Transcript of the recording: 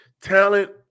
Talent